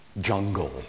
jungle